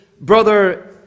brother